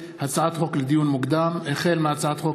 לדיון מוקדם: החל בהצעת חוק